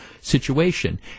situation